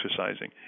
exercising